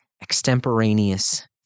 extemporaneous